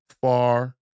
far